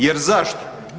Jer zašto?